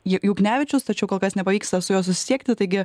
juknevičius tačiau kol kas nepavyksta su juo susisiekti taigi